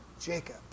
Jacob